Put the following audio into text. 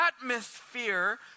atmosphere